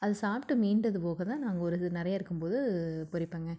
அது சாப்பிட்டு மீந்தது போக தான் நாங்கள் ஒரு இது நிறைய இருக்கும் போது பறிப்பங்க